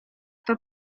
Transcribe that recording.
kto